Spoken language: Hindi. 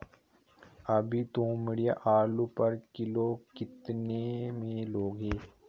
अभी तोमड़िया आलू पर किलो कितने में लोगे?